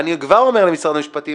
אני כבר אומר למשרד המשפטים